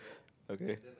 okay